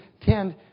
tend